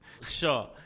Sure